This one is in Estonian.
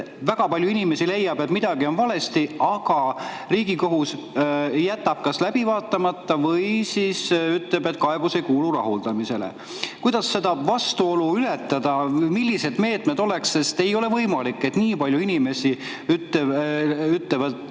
väga palju inimesi leiab, et midagi on valesti, aga Riigikohus jätab kaebused kas läbi vaatamata või siis ütleb, et need ei kuulu rahuldamisele. Kuidas seda vastuolu ületada? Millised meetmed oleks? Ei ole võimalik, et nii palju inimesi on